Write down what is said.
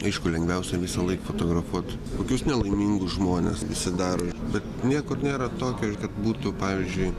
aišku lengviausia visąlaik fotografuot kokius nelaimingus žmones visi daro bet niekur nėra tokio kad būtų pavyzdžiui